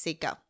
Go